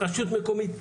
רשות מקומית,